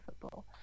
football